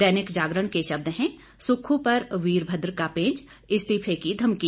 दैनिक जागरण के शब्द हैं सुक्खू पर वीरभद्र का पेंच इस्तीफे की धमकी